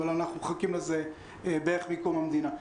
אבל אנחנו מחכים לזה בערך מקום המדינה.